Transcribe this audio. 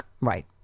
right